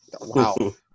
Wow